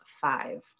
five